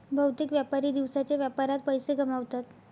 बहुतेक व्यापारी दिवसाच्या व्यापारात पैसे गमावतात